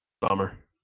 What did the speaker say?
Bummer